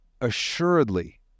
assuredly